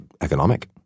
economic